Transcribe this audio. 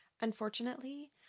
Unfortunately